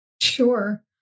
sure